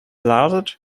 large